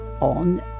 on